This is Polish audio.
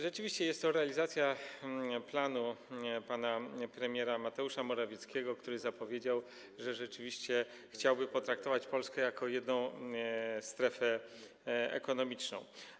Rzeczywiście jest to realizacja planu pana premiera Mateusza Morawieckiego, który zapowiedział, że chciałby potraktować Polskę jako jedną strefę ekonomiczną.